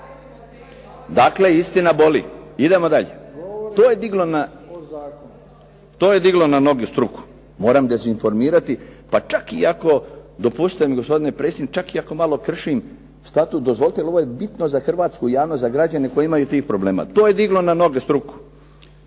Dakle, istina boli. Idemo dalje. To je diglo na noge struku. Moram dezinformirati, pa čak i ako, dopustite mi gospodine predsjedniče, čak i ako malo kršim Statut dozvolite, jer ovo je bitno za hrvatsku javnost, za građane koji imaju tih problema. To je diglo na noge struku.